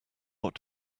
what